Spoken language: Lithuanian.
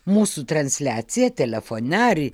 mūsų transliaciją telefone ar